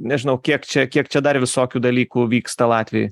nežinau kiek čia kiek čia dar visokių dalykų vyksta latvijoj